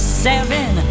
seven